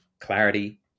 clarity